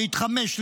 להתחמש,